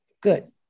Good